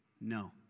no